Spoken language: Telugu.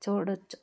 చూడవచ్చు